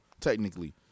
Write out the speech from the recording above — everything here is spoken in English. technically